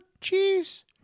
cheese